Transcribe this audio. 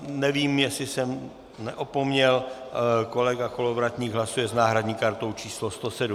Nevím, jestli jsem neopomněl, kolega Kolovratník hlasuje s náhradní kartou číslo 107.